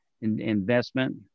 investment